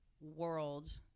world